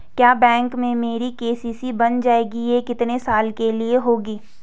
क्या बैंक में मेरी के.सी.सी बन जाएगी ये कितने साल के लिए होगी?